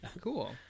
Cool